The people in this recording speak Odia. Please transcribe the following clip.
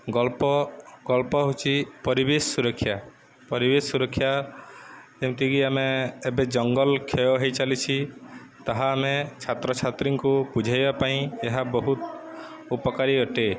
ଗଳ୍ପ ଗଳ୍ପ ହେଉଛି ପରିବେଶ ସୁରକ୍ଷା ପରିବେଶ ସୁରକ୍ଷା ଯେମିତିକି ଆମେ ଏବେ ଜଙ୍ଗଲ କ୍ଷୟ ହେଇ ଚାଲିଛି ତାହା ଆମେ ଛାତ୍ରଛାତ୍ରୀଙ୍କୁ ବୁଝାଇବା ପାଇଁ ଏହା ବହୁତ ଉପକାରୀ ଅଟେ